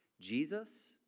Jesus